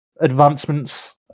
advancements